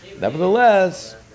nevertheless